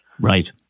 Right